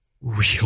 real